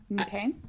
Okay